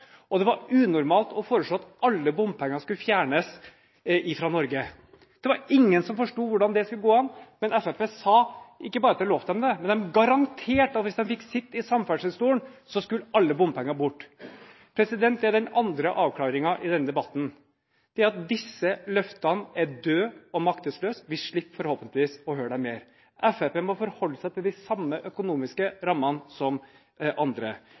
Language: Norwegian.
og det var unormalt å foreslå at alle bompenger skulle fjernes i Norge. Det var ingen som forsto hvordan det skulle kunne gå an, men Fremskrittspartiet ikke bare lovte, men de garanterte at hvis de fikk sitte i samferdselsstolen, skulle alle bompenger bort. Den andre avklaringen i denne debatten er at disse løftene er døde og maktesløse. Vi slipper forhåpentligvis å høre dem mer. Fremskrittspartiet må forholde seg til de samme økonomiske rammene som andre.